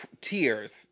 tears